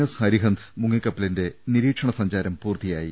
S Arihant മുങ്ങിക്ക പ്പലിന്റെ നിരീക്ഷണ സഞ്ചാരം പൂർത്തിയായി